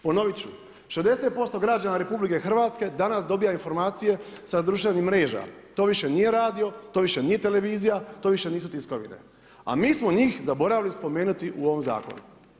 Ponoviti ću, 60% građana RH, danas dobiva informacija sa društvenih mreža, to više nije radio to više nije televizija, to više nisu tiskovine, a mi smo njih zaboravili spomenuti u ovom zakonu.